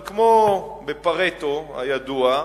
אבל כמו ב"פארטו" הידוע,